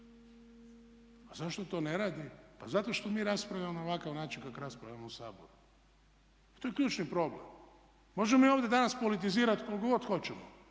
A zašto to ne radi? Pa zato što mi raspravljamo na ovakav način kako raspravljamo u Saboru. I to je ključni problem. Možemo mi ovdje danas politizirat koliko god hoćemo